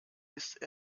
ist